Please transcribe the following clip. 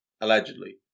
allegedly